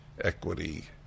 equity